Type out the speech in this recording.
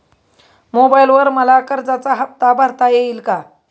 मोबाइलवर मला कर्जाचा हफ्ता भरता येईल का?